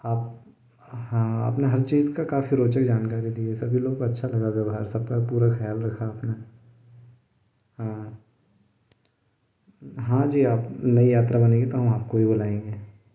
आप हाँ आपने हर चीज़ का काफ़ी रोचक जानकारी दी है सभी लोगों को अच्छा लगा व्यव्हार सबका पूरा ख्याल रखा आपने हाँ हाँ जी आप नई यात्रा बनेगी तो हम आपको ही बुलाएंगे